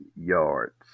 yards